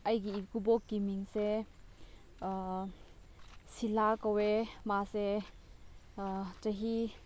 ꯑꯩꯒꯤ ꯏꯀꯨꯕꯣꯛꯀꯤ ꯃꯤꯡꯁꯦ ꯁꯤꯜꯂꯥ ꯀꯧꯋꯦ ꯃꯥꯁꯦ ꯆꯍꯤ